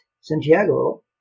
Santiago